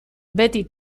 beti